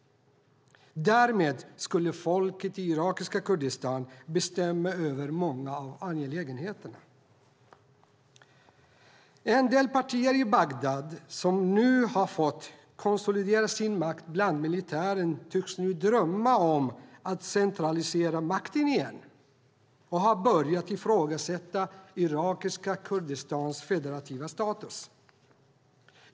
Därmed skulle folket i irakiska Kurdistan bestämma över många angelägenheter. En del partier i Bagdad som nu har fått konsolidera sin makt bland militären tycks nu drömma om att centralisera makten igen och har börjat ifrågasätta irakiska Kurdistans federativa status.